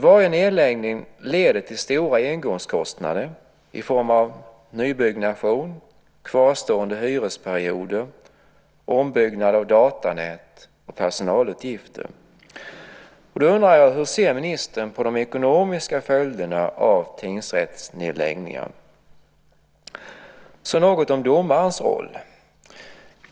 Varje nedläggning leder till stora engångskostnader i form av nybyggnation, kvarstående hyresperioder, ombyggnad av datanät och personalutgifter. Då undrar jag: Hur ser ministern på de ekonomiska följderna av tingsrättsnedläggningar? Så vill jag säga något om domarens roll.